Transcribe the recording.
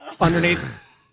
underneath